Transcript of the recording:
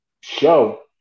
show